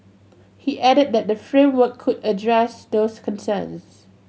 he added that the framework could address those concerns